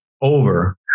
over